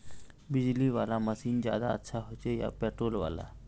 बिजली वाला मशीन ज्यादा अच्छा होचे या पेट्रोल वाला?